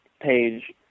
page